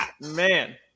man